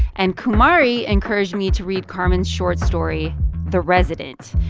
and kumari encouraged me to read carmen's short story the resident,